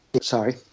Sorry